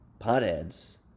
potheads